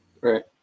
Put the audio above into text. right